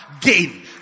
gain